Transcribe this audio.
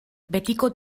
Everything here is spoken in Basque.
betiko